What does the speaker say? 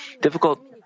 difficult